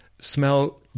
smell